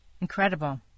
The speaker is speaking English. Incredible